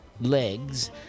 legs